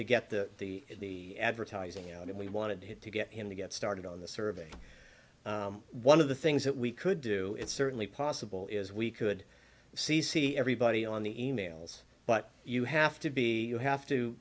to get the the advertising you know that we wanted it to get him to get started on the survey one of the things that we could do it's certainly possible is we could see see everybody on the e mails but you have to be you have to